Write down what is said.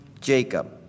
Jacob